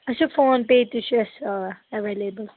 اسہِ چھ فون پے تہِ چھ اَسہِ آ اویلیبل